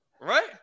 right